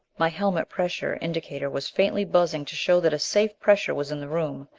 my helmet pressure indicator was faintly buzzing to show that a safe pressure was in the room.